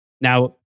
Now